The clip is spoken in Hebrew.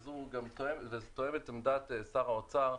וזה תואם גם את עמדת שר האוצר,